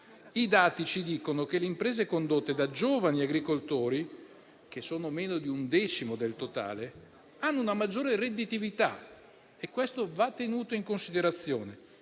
I dati ci dicono che le imprese condotte da giovani agricoltori, che sono meno di un decimo del totale, hanno una maggiore redditività e questo va tenuto in considerazione,